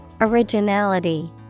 Originality